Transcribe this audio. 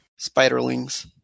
Spiderlings